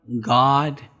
God